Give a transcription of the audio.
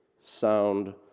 sound